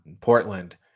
Portland